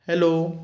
hello